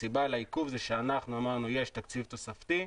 הסיבה לעיכוב זה שאנחנו אמרנו שיש תקציב תוספתי.